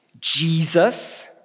Jesus